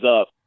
up